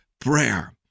prayer